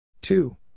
Two